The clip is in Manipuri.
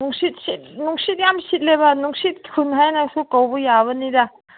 ꯅꯨꯡꯁꯤꯠ ꯅꯨꯡꯁꯤꯠ ꯌꯥꯝ ꯁꯤꯠꯂꯦꯕ ꯅꯨꯡꯁꯤꯠ ꯈꯨꯟ ꯍꯥꯏꯅꯁꯨ ꯀꯧꯕ ꯌꯥꯕꯅꯤꯗ